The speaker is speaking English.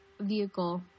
vehicle